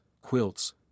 quilts